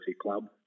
club